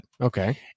Okay